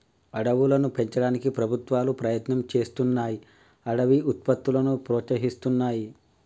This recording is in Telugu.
అడవులను పెంచడానికి ప్రభుత్వాలు ప్రయత్నం చేస్తున్నాయ్ అడవి ఉత్పత్తులను ప్రోత్సహిస్తున్నాయి